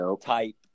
type